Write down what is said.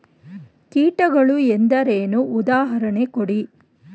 ಕೀಟಗಳು ಎಂದರೇನು? ಉದಾಹರಣೆ ಕೊಡಿ?